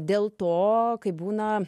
dėl to kai būna